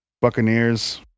Buccaneers